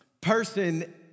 person